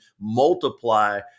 multiply